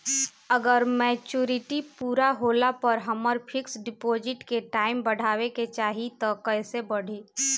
अगर मेचूरिटि पूरा होला पर हम फिक्स डिपॉज़िट के टाइम बढ़ावे के चाहिए त कैसे बढ़ी?